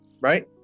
right